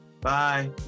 Bye